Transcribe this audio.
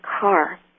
car